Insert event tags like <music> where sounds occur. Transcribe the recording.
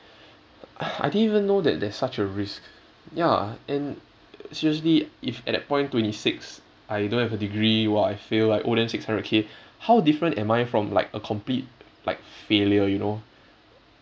<breath> I didn't even know that there's such a risk ya and seriously if at that point twenty six I don't have a degree while I fail like oh then six hundred K how different am I from like a complete like failure you know